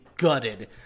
gutted